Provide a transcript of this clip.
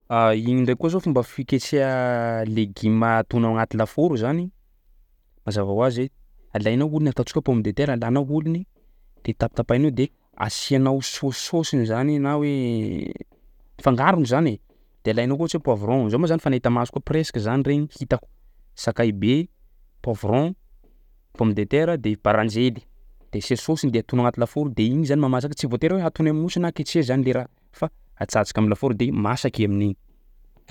Igny ndraiky koa zao fomba fiketreha legima atono ao agnaty lafaoro zany, mazava hoazy hoe alainao holiny ataontsika hoe pomme de terra alanao holony de tapatapahinao de asianao saosisaosiny zany na hoe fangarony zany e, de alainao koa ohatsy hoe poivron zaho moa zany fa nahita maso koa presque zany regny hitako, sakay be, poivron, pomme de terra de baranjely de asià saosiny de atono ao agnaty lafaoro de igny zany mahamasaka tsy voatery hoe hatono am'motro na ketreha zany le raha atsatsiky am'lafaoro de masaka i amin'igny.